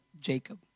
Jacob